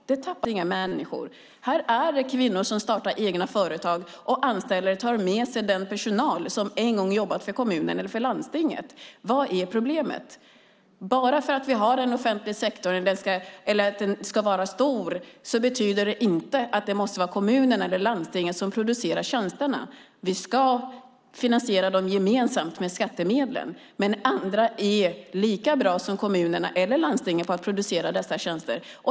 Här tappas inte folk. Här finns kvinnor som startar egna företag och anställer personer som tidigare jobbade för kommunen eller landstinget. Vad är problemet? Bara för att vi har en offentlig sektor, eller att den ska vara stor, betyder det inte att kommunen eller landstinget måste vara den som producerar tjänsterna. Vi ska finansiera dem gemensamt med skattemedel, men andra är lika bra som kommunerna och landstingen på att producera dessa tjänster.